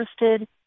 interested